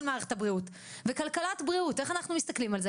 מערכת הבריאות וכלכלת בריאות איך אנחנו מסתכלים על זה